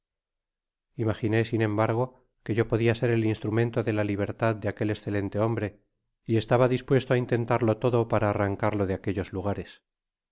imaginé sin embargo que yo podia ser el instrumento de la libertad de aquel escelente hombre y estaba dispuesto á intentarlo todo para arrancarlo de aquellos lugares